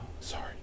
sorry